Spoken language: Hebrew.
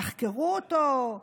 תחקרו אותו,